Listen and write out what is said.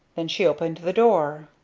then she opened the door.